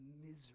misery